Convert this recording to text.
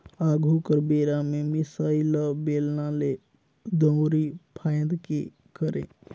आघु कर बेरा में मिसाई ल बेलना ले, दंउरी फांएद के करे